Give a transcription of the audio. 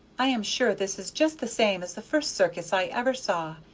i am sure this is just the same as the first circus i ever saw.